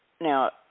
Now